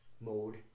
mode